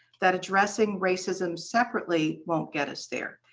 that addressing racism separately won't get us there.